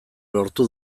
lortu